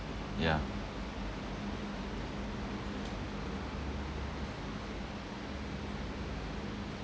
yeah